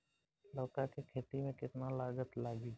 लौका के खेती में केतना लागत लागी?